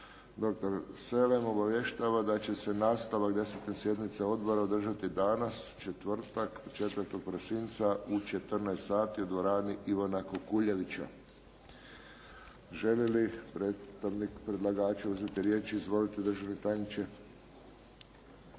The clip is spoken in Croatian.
doktor Selem, obavještava da će se nastavak 10. sjednice Odbora održati danas, četvrtak, 4. prosinca u 14,00 u dvorani "Ivana Kukuljevića". Žele li predstavnik predlagača uzeti riječ? Izvolite državni tajniče.